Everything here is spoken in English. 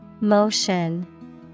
Motion